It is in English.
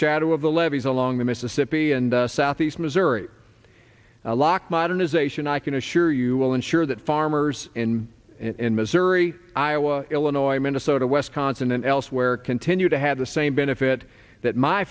shadow of the levees along the mississippi and southeast missouri alok modernization i can assure you will ensure that farmers in in missouri iowa illinois minnesota west consonant elsewhere continue to have the same benefit that my